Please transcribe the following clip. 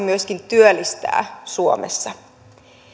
myöskin työllistää suomessa